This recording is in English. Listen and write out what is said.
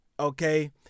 Okay